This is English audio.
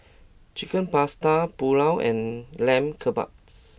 Chicken Pasta Pulao and Lamb Kebabs